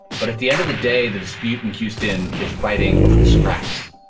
but at the end of the day, the dispute in houston is fighting over the scraps.